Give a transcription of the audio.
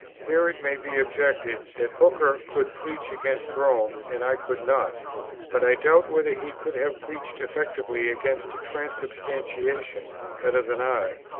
here it may be objected, that hooker could preach against rome and i could not but i doubt whether he could have preached effectively against transubstantiation better than i,